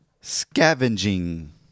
scavenging